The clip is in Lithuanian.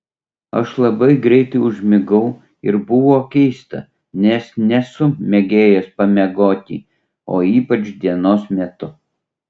aš labai greitai užmigau ir buvo keista nes nesu mėgėjas pamiegoti o ypač dienos metu